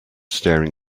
staring